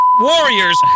warriors